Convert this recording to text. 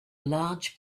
large